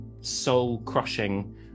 soul-crushing